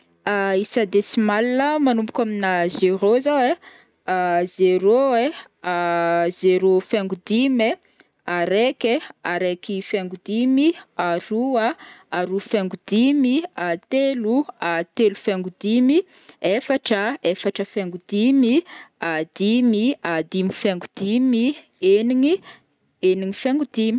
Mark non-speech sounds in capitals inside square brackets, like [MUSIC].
[HESITATION] isa décimal a manomboka amina zéro zao ai: [HESITATION] zéro ai, [HESITATION] zéro faingo dimy ai, araiky, araiky faingo dimy, aroa, aroa faingo dimy, [HESITATION] telo, [HESITATION] telo faingo dimy, efatra, efatra faingo dimy, [HESITATION] dimy, [HESITATION] dimy faingo dimy, enigny, enigny faingo dimy,